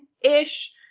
ish